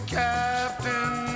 captain